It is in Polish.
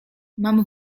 mam